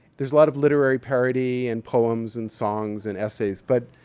there's a lot of literary parody and poems and songs and essays, but